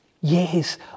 Yes